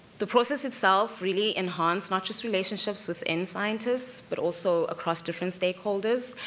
the process itself really enhance, not just relationships within scientists, but also across different stakeholders.